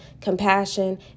compassion